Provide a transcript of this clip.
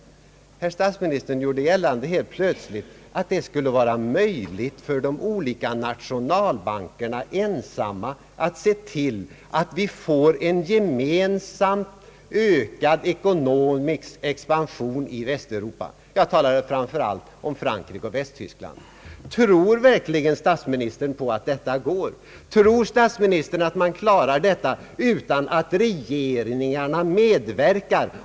Herr statsministern gjorde helt plötsligt gällande, att det skulle vara möjligt för de olika nationalbankerna ensamma att se till att vi får en gemensam ökad ekonomisk expansion i Västeuropa. Jag talar framför allt om Frankrike och Västtyskland. Tror verkligen statsministern att man kan klara detta utan att regeringarna medverkar?